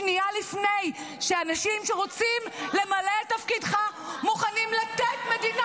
שנייה לפני שאנשים שרוצים למלא את תפקידך מוכנים לתת מדינה